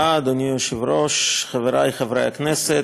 תודה רבה, אדוני היושב-ראש, חברי חברי הכנסת,